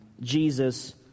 Jesus